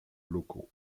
locaux